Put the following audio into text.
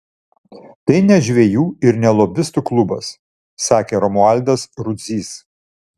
tai ne žvejų ir ne lobistų klubas sakė romualdas rudzys